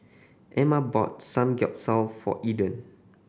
Amma bought Samgeyopsal for Eden